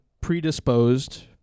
predisposed